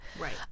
right